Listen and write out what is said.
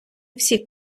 всі